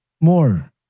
more